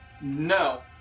No